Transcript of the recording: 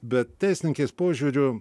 bet teisininkės požiūriu